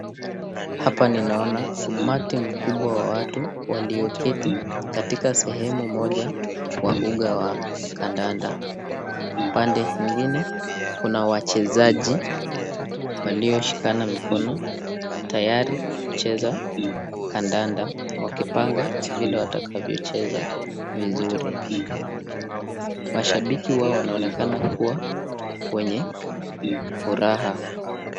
Hapa ninaona umati mkubwa wa watu walioketi katika sehemu moja wa uga wa kandanda. Pande ingine kuna wachezaji walioshikana mkono tayari kucheza kandanda, wakipanga vile watakavyo cheza vizuri. Mashabiki wao wanaonekana kuwa wenye furaha.